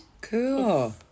Cool